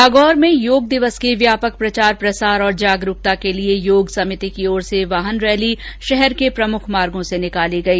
नागौर में योग दिवस के व्यापक प्रचार प्रसार और जागरूकता के लिए योग समिति की ओर से वाहन रैली शहर के प्रमुख मार्गो से निकाली गई